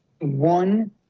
one